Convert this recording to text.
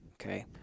okay